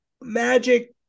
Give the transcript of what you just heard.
Magic